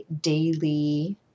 daily